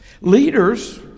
Leaders